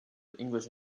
english